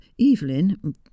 Evelyn